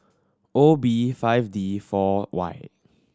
O B five D four Y